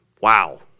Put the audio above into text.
Wow